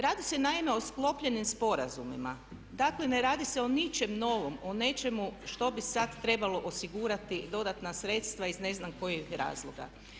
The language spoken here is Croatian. Radi se naime o sklopljenim sporazumima, dakle ne radi se o ničemu novom, o nečemu što bi sad trebalo osigurati dodatna sredstva iz ne znam kojih razloga.